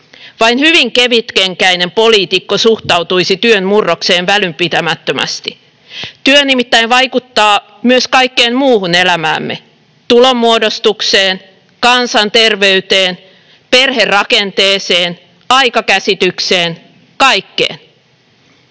Vain hyvin kevytkenkäinen poliitikko suhtautuisi työn murrokseen välinpitämättömästi. Työ nimittäin vaikuttaa myös kaikkeen muuhun elämäämme — tulonmuodostukseen, kansanterveyteen, perherakenteeseen, aikakäsitykseen, kaikkeen.